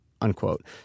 unquote